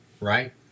right